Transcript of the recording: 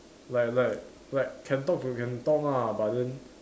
like like like can talk to can talk lah but then